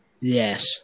Yes